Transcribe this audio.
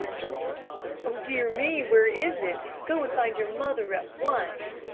jerked her father. oh dear me! where is it? go and find your mother at once!